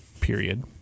Period